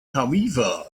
tarifa